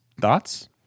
Thoughts